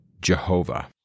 Jehovah